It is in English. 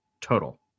total